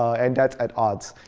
and that's at odds.